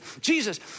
Jesus